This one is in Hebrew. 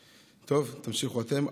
טוב, תמשיכו אתם.